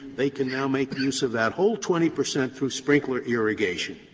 they can now make use of that whole twenty percent through sprinkler irrigation,